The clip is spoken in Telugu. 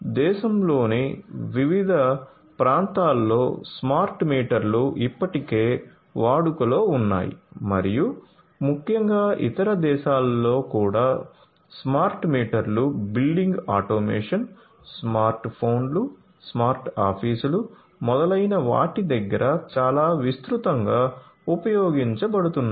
దేశంలోని వివిధ ప్రాంతాల్లో స్మార్ట్ మీటర్లు ఇప్పటికే వాడుకలో ఉన్నాయి మరియు ముఖ్యంగా ఇతర దేశాలలో కూడా స్మార్ట్ మీటర్లు బిల్డింగ్ ఆటోమేషన్ స్మార్ట్ ఫోన్లు స్మార్ట్ ఆఫీసులు మొదలైన వాటి దగ్గర చాలా విస్తృతంగా ఉపయోగించబడుతున్నాయి